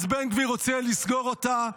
אז בן גביר רוצה לסגור אותה.